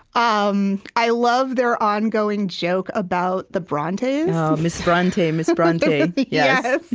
um i love their ongoing joke about the brontes oh, miss bronte, and miss bronte. yes.